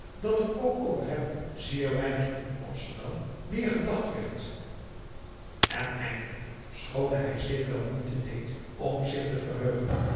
dat er ook over hem zeer weinig in amsterdam meer gedacht werd en eindelijk schoon hij zich wel moeite deed om zich te verheugen